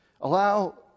Allow